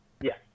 Yes